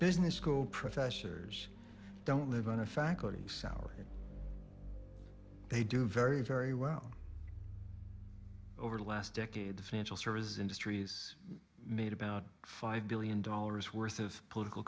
business school professors don't live on a faculty salary they do very very well over the last decade the financial services industry has made about five billion dollars worth of political